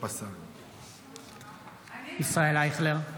ישראל אייכלר,